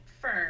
firm